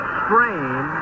strain